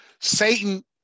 Satan